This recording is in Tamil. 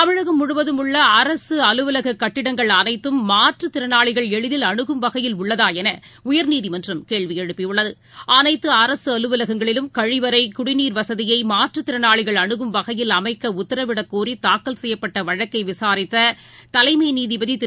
தமிழகம் முழுவதும் உள்ளஅனைத்துஅரசுஅலுவலககட்டடங்களையும் மாற்றுத் திறனாளிகள் எளிதில் அணுகும் வகையில் உள்ளதாஎனஉயர்நீதிமன்றம் கேள்விஎழுப்பியுள்ளது அனைத்துஅரசுஅலுவலகங்களிலும் கழிவறைகுடிநீர் வசதிமாற்றுத்திறனாளிகள் அனுகும் வகையில் அமைக்கஉத்தரவிடக்கோரிதாக்கல் செய்யப்பட்டவழக்கைவிசாரித்ததலைமைநீதிபதிதிரு